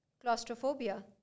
Claustrophobia